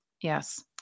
Yes